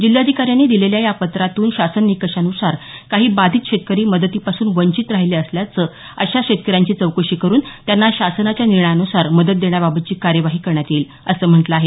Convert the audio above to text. जिल्हाधिकाऱ्यांनी दिलेल्या या पत्रातून शासन निकषानुसार काही बाधीत शेतकरी मदतीपासून वंचित राहिले असल्यास अशा शेतकऱ्यांची चौकशी करून त्यांना शासनाच्या निर्णयान्सार मदत देण्याबाबतची कार्यवाही करण्यात येईल असं म्हटलं आहे